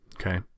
Okay